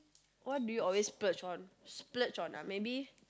what do you always splurge on splurge on ah maybe